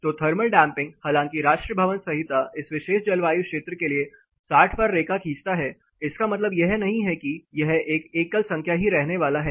तो thermal damping हालांकि राष्ट्रीय भवन संहिता इस विशेष जलवायु क्षेत्र के लिए 60 पर रेखा खींचता है इसका मतलब यह नहीं है कि यह एक एकल संख्या ही रहने वाला है